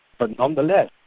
but nonetheless,